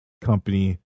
company